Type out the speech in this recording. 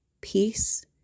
peace